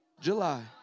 July